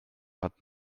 hat